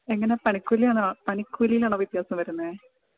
എങ്ങനെ പണിക്കൂലിയാണോ പണിക്കൂലിയിലാണോ വ്യത്യാസം വരുന്നത്